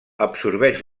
absorbeix